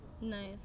nice